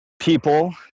people